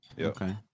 Okay